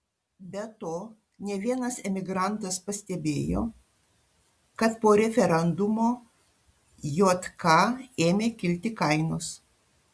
be to ne vienas emigrantas pastebėjo kad po referendumo jk ėmė kilti kainos